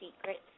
secrets